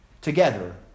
together